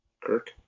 Kirk